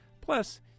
Plus